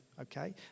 okay